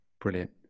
Brilliant